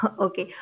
okay